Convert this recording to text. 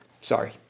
Sorry